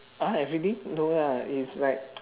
ah everything no lah it's like